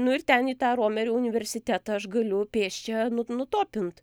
nu ir ten į tą romerio universitetą aš galiu pėsčia nu nutopint